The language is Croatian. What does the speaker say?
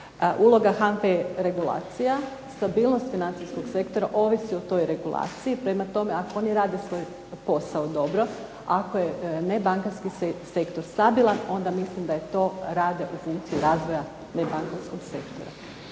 Uloga HANFA-e je regulacija, stabilnost financijskog sektora ovisi o toj regulaciji. Prema tome, ako oni rade svoj posao dobro, ako je nebankarski sektor stabilan onda mislim da to rade u funkciji razvoja nebankarskog sektora.